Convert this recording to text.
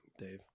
Dave